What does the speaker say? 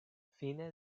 fine